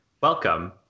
Welcome